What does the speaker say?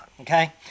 okay